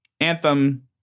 Anthem